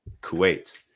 kuwait